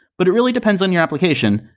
but it really depends on your application.